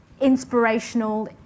inspirational